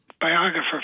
biographer